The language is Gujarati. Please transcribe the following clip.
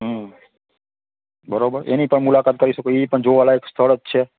હં બરોબર એની પણ મુલાકાત કરી શકો એ પણ જોવાલાયક સ્થળ જ છે